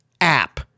app